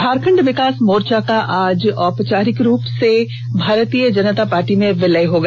झारखंड विकास मोर्चा का आज औपचारिक रूप से भारतीय जनता पार्टी में विलय हो गया